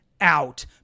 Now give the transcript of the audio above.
out